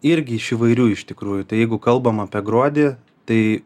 irgi iš įvairių iš tikrųjų tai jeigu kalbam apie gruodį tai